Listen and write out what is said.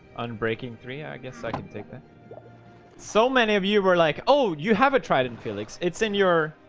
unbreaking three i guess i can take that so many of you were like, oh you have a trident felix. it's in your